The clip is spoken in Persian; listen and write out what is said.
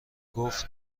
گفت